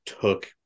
took